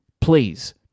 please